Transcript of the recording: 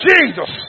Jesus